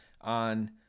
on